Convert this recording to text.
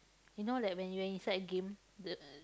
you know like when you are inside a game the